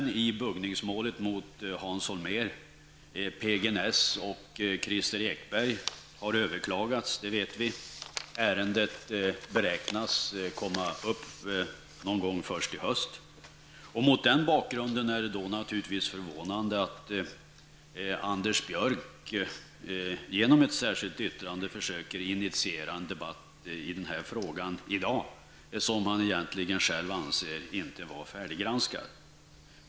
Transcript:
Näss och Christer Ekberg har överklagats, det vet vi. Ärendet beräknas komma upp först någon gång i höst. Mot den bakgrunden är det naturligtvis förvånande att Anders Björck genom ett särskilt yttrande försöker initiera en debatt i den frågan i dag, som han egentligen själv anser inte vara färdiggranskad.